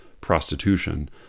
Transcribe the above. prostitution